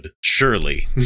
surely